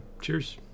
Cheers